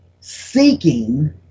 seeking